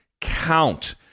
count